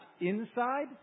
inside